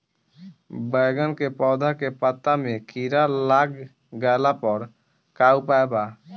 बैगन के पौधा के पत्ता मे कीड़ा लाग गैला पर का उपाय बा?